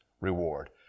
reward